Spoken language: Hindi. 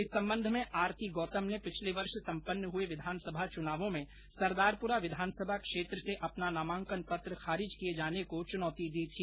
इस संबंध में आरती गौतम ने पिछले वर्ष सम्पन्न हुए विधानसभा चुनावों में सरदारपुरा विधानसभा क्षेत्र से अपना नामांकन पत्र खारिज किये जाने को चुनौती दी थी